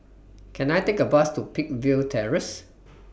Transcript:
Can I Take A Bus to Peakville Terrace